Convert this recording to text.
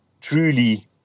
truly